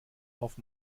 auf